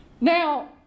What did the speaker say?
Now